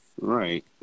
Right